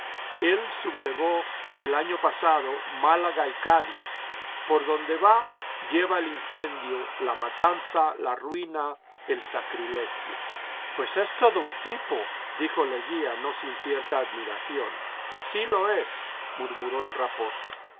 el sublevó el año pasado málaga y cádiz por donde va lleva el incendio la matanza la ruina el sacrilegio pues es todo un tipo dijo leguía no sin cierta admiración sí lo es murmuró el